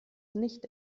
nicht